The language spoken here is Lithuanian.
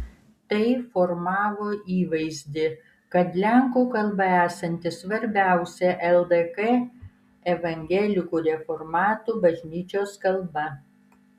tai formavo įvaizdį kad lenkų kalba esanti svarbiausia ldk evangelikų reformatų bažnyčios kalba